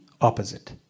opposite